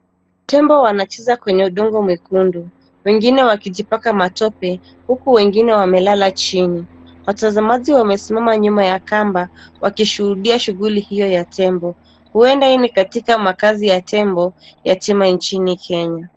Tembo wanacheza kwenye udongo mwekundu wengine wakijipaka matope huku wengine wamelala chini watazamaji wamesimama nyuma ya kamba wakishuhudia shughuli hio ya tembo huenda hii ni katika makaazi ya tembo ya chima nchini kenya